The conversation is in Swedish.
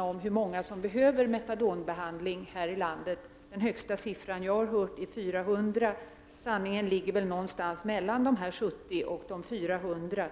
om hur många som behöver metadonbehandling här i landet. Det största antal som jag har hört är 400. Sanningen ligger väl någonstans mellan de 70 och de 400.